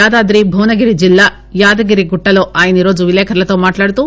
యాదాద్రీ భువనగిరి జిల్లా యాదగిరి గుట్టలో ఈరోజు ఆయన విలేకరులతో మాట్లాడుతూ